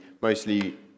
mostly